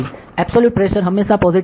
absolute pressure હંમેશા positive રહેશે